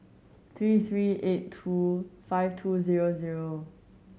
three three eight two five two zero zero